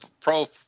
Pro